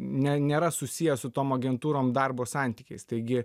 ne nėra susiję su tom agentūrom darbo santykiais taigi